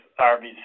RBC